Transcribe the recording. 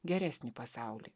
geresnį pasaulį